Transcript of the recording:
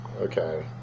okay